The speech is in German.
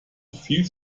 viel